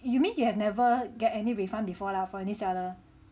you mean you have never get any refund before lah for any seller